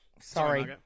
Sorry